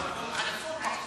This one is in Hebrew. התשע"ו 2015,